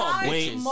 wait